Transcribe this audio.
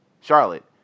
Charlotte